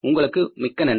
உங்களுக்கு மிக்க நன்றி